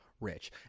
rich